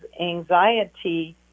anxiety